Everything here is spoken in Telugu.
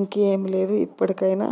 ఇంకేమీ లేదు ఇప్పటికైనా